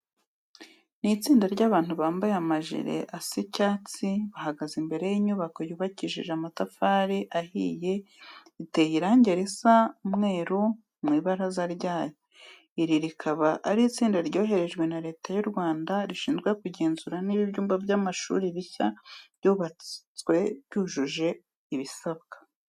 Ni itsinda ry'abantu bambaye amajire asa icyatsi, bahagaze imbere y'inyubako yubakishije amatafari ahiye, iteye irange risa umweru mu ibaraza ryayo. Iri rikaba ari itsinda ryoherejwe na Leta y'u Rwanda rishizwe kugenzura niba ibyumba by'amashuri bishya byubatswe byujuje ibisabwa.